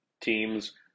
teams